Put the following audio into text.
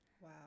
Wow